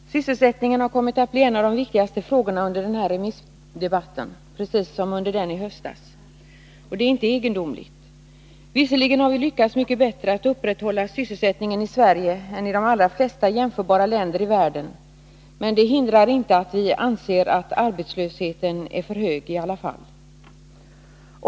Herr talman! Sysselsättningen har kommit att bli en av de viktigaste frågorna under den här remissdebatten precis som under den i höstas. Det är inte egendomligt. Visserligen har vi i Sverige lyckats upprätthålla sysselsättningen mycket bättre än man har gjort i de flesta jämförbara länder i världen, men det hindrar inte att vi ändå anser att arbetslösheten är för hög.